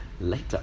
Later